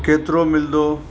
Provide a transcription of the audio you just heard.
केतिरो मिलंदो